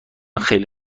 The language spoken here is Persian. خیلی